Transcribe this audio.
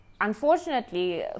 unfortunately